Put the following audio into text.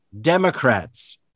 Democrats